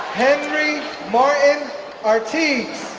henry martin artigues